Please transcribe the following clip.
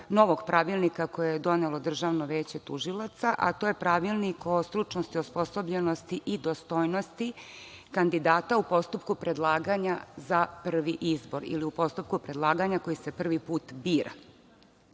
novog Pravilnika koji je donelo Državno veće tužilaca, a to je Pravilnik o stručnosti i osposobljenosti i dostojnosti kandidata u postupku predlaganja za prvi izbor, ili u postupku predlaganja koji se prvi put bira. Šta